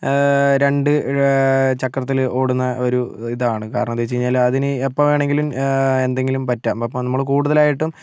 രണ്ട് ചക്രത്തിൽ ഓടുന്ന ഒരു ഇതാണ് കാരണമെന്തെന്ന് വെച്ച് കഴിഞ്ഞാൽ അതിന് എപ്പോൾ വേണമെങ്കിലും എന്തെങ്കിലും പറ്റാം അപ്പോൾ നമ്മൾ കൂടുതലായിട്ടും